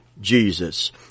Jesus